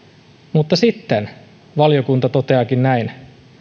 mutta sitten valiokunta toteaakin näin